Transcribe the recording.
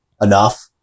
enough